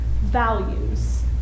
values